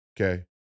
okay